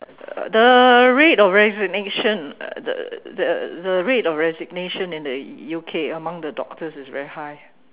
the rate of resignation the the the rate of resignation in the U_K among the doctors is very high